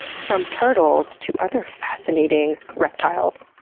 from turtles to other fascinating reptiles